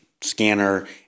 scanner